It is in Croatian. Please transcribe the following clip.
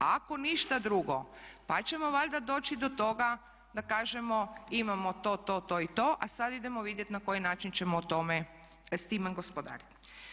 A ako ništa drugo pa ćemo valjda doći do toga da kažemo imamo to, to i to a sada idemo vidjeti na koji način ćemo o tome, s time gospodariti.